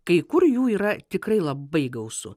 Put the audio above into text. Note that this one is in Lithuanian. kai kur jų yra tikrai labai gausu